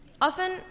Often